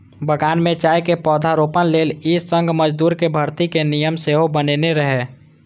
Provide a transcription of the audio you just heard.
बगान मे चायक पौधारोपण लेल ई संघ मजदूरक भर्ती के नियम सेहो बनेने रहै